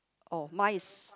oh mine is